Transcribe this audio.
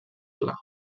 pla